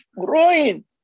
growing